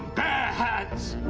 bare hands!